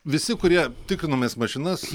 visi kurie tikrinomės mašinas